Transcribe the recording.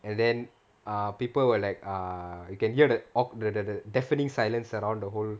and then err people were like err you can hear the awk~ the the deafening silence around the whole